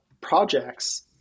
projects